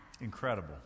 incredible